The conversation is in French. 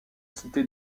cité